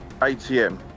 ATM